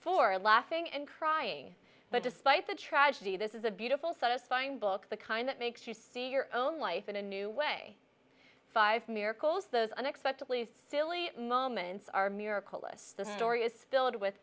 for laughing and crying but despite the tragedy this is a beautiful satisfying book the kind that makes you see your own life in a new way five miracles those unexpectedly silly moments are miracles list the story is filled with